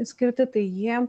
skirti tai jie